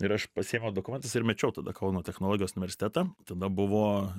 ir aš pasiėmiau dokumentus ir mečiau tada kauno technologijos universitetą tada buvo